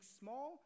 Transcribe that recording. small